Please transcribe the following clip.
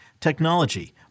technology